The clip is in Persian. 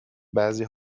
بعضی